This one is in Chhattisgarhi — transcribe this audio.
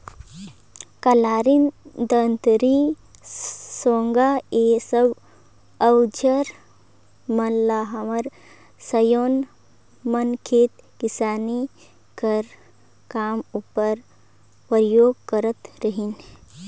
कलारी, दँतारी, साँगा ए सब अउजार मन ल हमर सियान मन खेती किसानी कर काम उपर परियोग करत रहिन